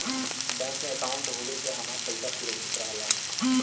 bank में अंकाउट होये से हमार पइसा सुरक्षित रहला